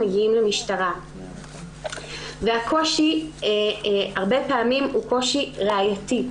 מגיעים למשטרה והקושי הרבה פעמים הוא קושי ראייתי.